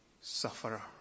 sufferer